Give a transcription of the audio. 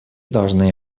должны